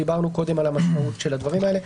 דיברנו קודם על המשמעות של הדברים האלה.